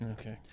Okay